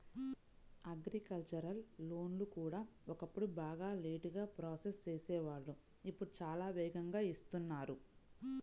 agricultural లోన్లు కూడా ఒకప్పుడు బాగా లేటుగా ప్రాసెస్ చేసేవాళ్ళు ఇప్పుడు చాలా వేగంగా ఇస్తున్నారు